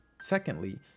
Secondly